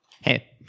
Hey